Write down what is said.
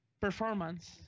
Performance